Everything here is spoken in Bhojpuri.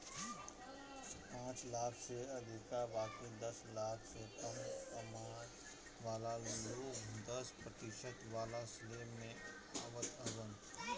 पांच लाख से अधिका बाकी दस लाख से कम कमाए वाला लोग दस प्रतिशत वाला स्लेब में आवत हवन